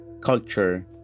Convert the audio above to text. culture